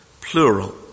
plural